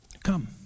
Come